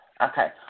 Okay